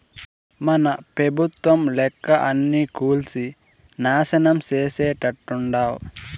మన పెబుత్వం లెక్క అన్నీ కూల్సి నాశనం చేసేట్టుండావ్